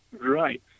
Right